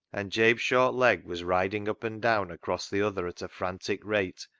and jabe's short leg was riding up and down across the other at a frantic rate,